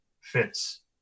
fits